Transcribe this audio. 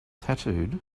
tattooed